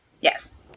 Yes